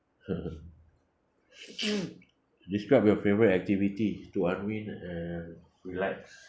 describe your favourite activity to unwind and relax